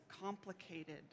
complicated